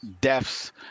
deaths